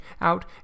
out